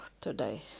today